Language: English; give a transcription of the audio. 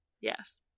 yes